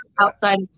outside